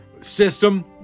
system